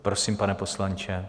Prosím, pane poslanče.